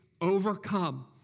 overcome